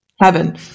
heaven